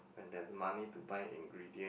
when there's money to buy ingredient